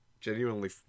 genuinely